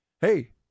Hey